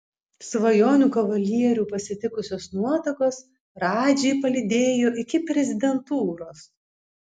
svajonių kavalierių pasitikusios nuotakos radžį palydėjo iki prezidentūros